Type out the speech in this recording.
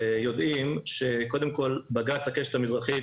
יודעים שקודם בג"צ הקשת המזרחית,